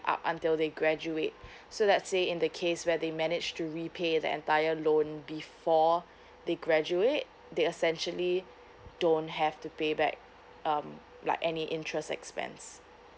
up until they graduate so let's say in the case where they manage to repay the entire loan before they graduate they essentially don't have to pay back um like any interest expands